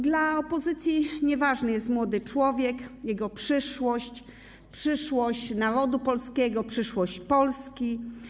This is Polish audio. Dla opozycji nieważny jest młody człowiek, jego przyszłość, przyszłość narodu polskiego, przyszłość Polski.